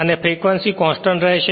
અને frequency constant રહેશે